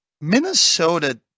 Minnesota